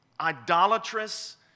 idolatrous